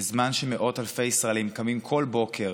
בזמן שמאות אלפי ישראלים קמים כל בוקר